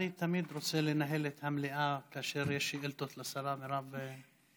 אני תמיד רוצה לנהל את המליאה כאשר יש שאילתות לשרה מרב מיכאלי.